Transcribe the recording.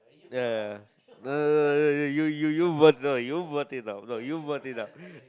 ya no no no you you you no no you vote it out no you vote it out